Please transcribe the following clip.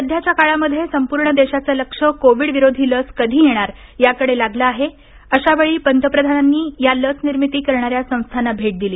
सध्याच्या काळामध्ये संपूर्ण देशाचं लक्ष कोविडविरोधी लस कधी येणार याकडे लागलं आहे अशावेळी पंतप्रधानांनी या लस निर्मिती करणा या संस्थांना भेट दिली